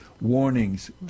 warnings